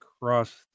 crust